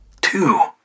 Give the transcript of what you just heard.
Two